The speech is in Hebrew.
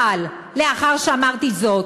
אבל לאחר שאמרתי זאת,